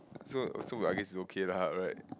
so so I guess it's okay lah right